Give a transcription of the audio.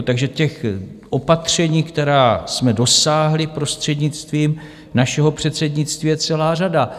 Takže těch opatření, která jsme dosáhli prostřednictvím našeho předsednictví, je celá řada.